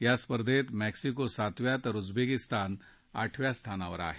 या स्पर्धेत मेक्सिको सातव्या तर उझबेकिस्तान आठव्या स्थानावर आहे